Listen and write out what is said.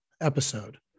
episode